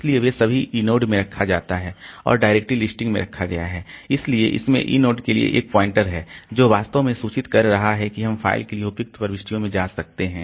इसलिए वे सभी इनोड में रखा जाता है और डायरेक्टरी लिस्टिंग में रखा गया है इसलिए इसमें इनोड के लिए एक पॉइंटर है जो वास्तव में सूचित कर रहा है कि हम फ़ाइल के लिए उपयुक्त प्रविष्टियों में जा सकते हैं